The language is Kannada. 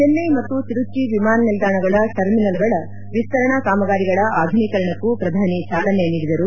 ಚೆನೈ ಮತ್ತು ತಿರುಚ್ಚಿ ವಿಮಾನ ನಿಲ್ದಾಣಗಳ ಟರ್ಮಿನಲ್ಗಳ ವಿಸ್ತರಣಾ ಕಾಮಗಾರಿಗಳ ಆಧುನೀಕರಣಕ್ಕೂ ಪ್ರಧಾನಿ ಚಾಲನೆ ನೀಡಿದರು